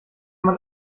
man